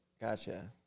Gotcha